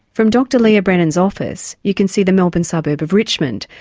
from dr leah brennan's office you can see the melbourne suburb of richmond,